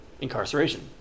incarceration